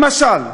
למשל,